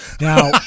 Now